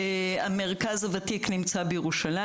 המרכז הוותיק נמצא בירושלים.